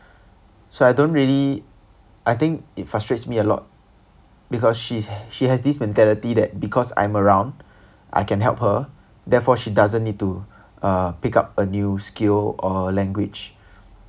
so I don't really I think it frustrates me a lot because she she has this mentality that because I'm around I can help her therefore she doesn't need to uh pick up a new skill or a language